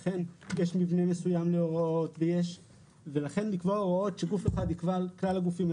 לכן יש מבנה מסוים להוראות ולכן לקבוע הוראות שגף אחד יקבע לכלל הגופים,